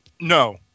no